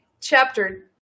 chapter